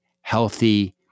healthy